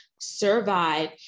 survive